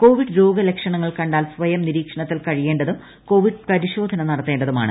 Covid രോഗ ലക്ഷണങ്ങൾ കണ്ടാൽ സ്വയം നിരീക്ഷണത്തിൽ കഴിയേണ്ടതും കോവിഡ് പരിശോധന നടത്തേണ്ടതുമാണ്